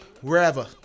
wherever